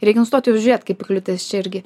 reikia nustot juos žiūrėt kaip į kliūtis čia irgi